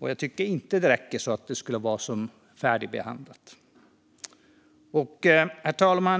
sju. Jag tycker inte att det räcker för att det ska anses färdigbehandlat. Herr talman!